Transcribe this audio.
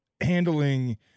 handling